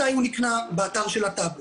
מתי הוא נקנה, באתר של הטאבו.